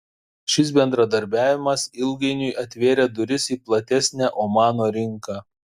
šis bendradarbiavimas ilgainiui atvėrė duris į platesnę omano rinką